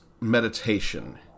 meditation